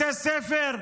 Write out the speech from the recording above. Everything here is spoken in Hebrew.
בתי ספר,